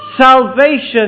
Salvation